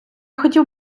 хотів